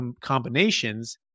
combinations